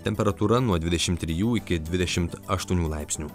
temperatūra nuo dvidešim trijų iki dvidešim aštuonių laipsnių